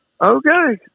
Okay